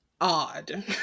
odd